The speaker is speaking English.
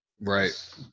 right